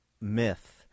myth